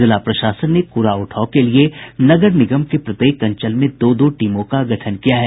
जिला प्रशासन ने कूड़ा उठाव के लिए नगर निगम के प्रत्येक अंचल में दो दो टीमों का गठन किया है